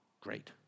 Great